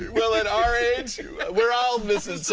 well at our age we're all missing